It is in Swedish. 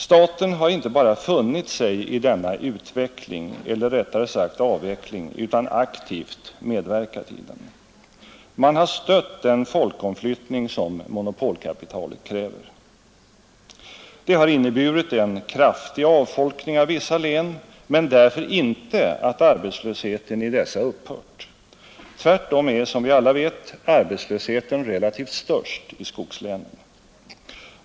Staten har inte bara funnit sig i denna utveckling eller rättare sagt avveckling, utan aktivt medverkat i den. Man har stött den folkomflyttning som monopolkapitalet kräver. Det har inneburit en kraftig avfolkning av vissa län, men därför inte att arbetslösheten i dessa upphört. Tvärtom är, som vi alla vet, arbetslösheten relativt störst i skogslänen.